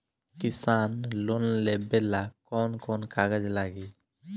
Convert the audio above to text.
किसान लोन लेबे ला कौन कौन कागज लागि?